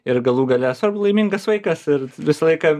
ir galų gale svarbu laimingas vaikas ir visą laiką